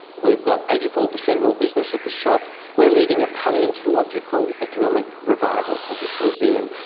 we've got eighty four percent more business at the shop. we're leading a palaeontological economic revival of this museum,